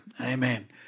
Amen